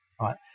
right